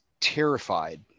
terrified